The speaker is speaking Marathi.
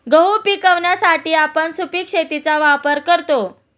गहू पिकवण्यासाठी आपण सुपीक शेतीचा वापर करतो